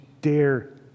dare